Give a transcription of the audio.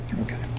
Okay